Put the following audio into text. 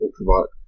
Ultraviolet